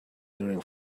during